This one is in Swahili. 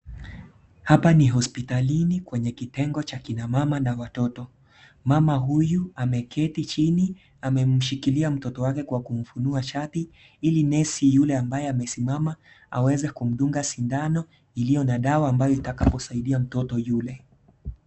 Hapa ni hospitalini kwenye kitengo cha kina mama na watoto. Mama huyu ameketi chini amemshikilia mtoto wake kwa kumfunua shati ili nesi yule ambaye amesimama aweze kumdunga sindano iliyo na dawa ambayo itamsaidia mtoto yule.